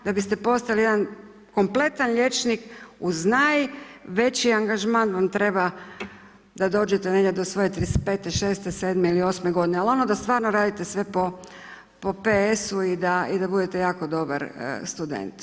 Da biste postali jedan kompletan liječnik uz najveći angažman vam treba da dođete negdje do svoje 35-te, 36-te, 37-e ili 38-e godine, ali ono da stvarno radite sve po PS-u i da budete jako dobar student.